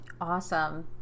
Awesome